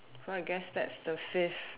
so I guess that's the fifth